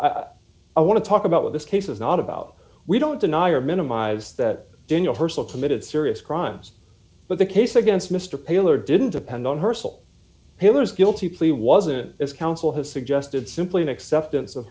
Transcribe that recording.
i want to talk about what this case is not about we don't deny or minimize that daniel hirst of committed serious crimes but the case against mr pillar didn't depend on her sole pillers guilty plea wasn't as counsel has suggested simply an acceptance of